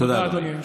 תודה, אדוני.